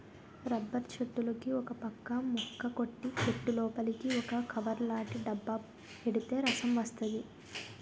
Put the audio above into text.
rubber చెట్టులుకి ఒకపక్క ముక్క కొట్టి చెట్టులోపలికి ఒక కవర్లాటి డబ్బా ఎడితే రసం వస్తది